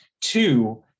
two